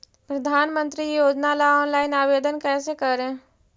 प्रधानमंत्री योजना ला ऑनलाइन आवेदन कैसे करे?